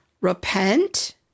Repent